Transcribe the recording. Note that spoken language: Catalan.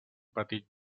petit